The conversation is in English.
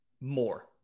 More